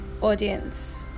audience